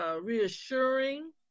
Reassuring